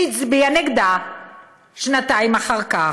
והצביע נגדה שנתיים אחר כך,